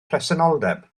presenoldeb